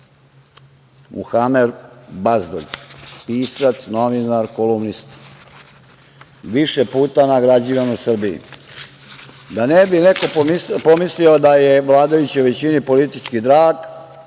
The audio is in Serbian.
Muhamer Bazdulj, pisac, novinar, kolumnista, više puta nagrađivan u Srbiji. Da ne bi neko pomislio da je vladajućoj većini politički drag,